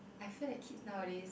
I feel that kids nowadays